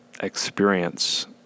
experience